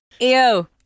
Ew